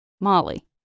Molly